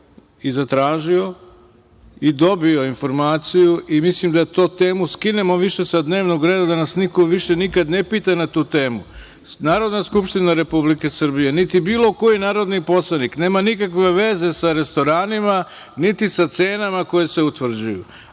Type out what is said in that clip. i zatražio i dobio informaciju i mislim da tu temu skinemo više sa dnevnog reda, da nas niko više ne pita na tu temu. Narodna skupština Republike Srbije, niti bilo koji narodni poslanik nema nikakve veze sa restoranima, niti sa cenama koje se utvrđuju,